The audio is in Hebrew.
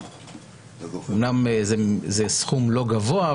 אומנם זה סכום לא גבוה,